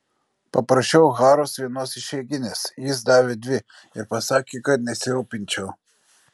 paprašiau haros vienos išeiginės jis davė dvi ir pasakė kad nesirūpinčiau